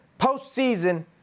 postseason